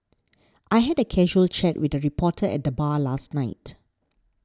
I had a casual chat with a reporter at the bar last night